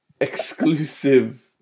exclusive